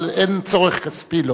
אבל אין לו צורך כספי.